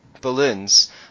balloons